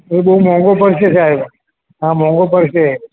એ બહુ મોંઘુ પડશે સાહેબ હા મોંઘુ પડશે